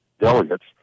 delegates